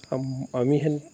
আমি হেন